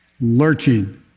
lurching